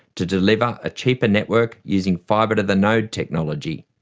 to deliver a cheaper network using fibre-to-the-node technology.